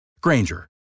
Granger